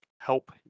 help